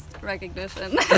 recognition